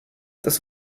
des